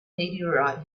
meteorite